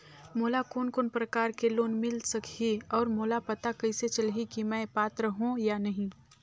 मोला कोन कोन प्रकार के लोन मिल सकही और मोला पता कइसे चलही की मैं पात्र हों या नहीं?